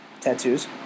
Tattoos